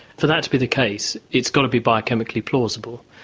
for that to be the case, it's got to be biochemically plausible.